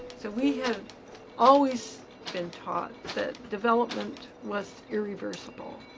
so we have always been taught that development was irreversible,